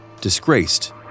disgraced